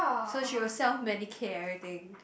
so she was sell many care everything